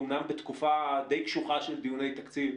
אמנם בתקופה די קשוחה של דיוני תקציב,